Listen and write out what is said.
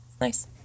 nice